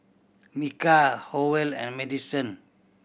Micah Howell and Maddison